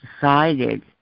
decided